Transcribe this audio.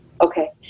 Okay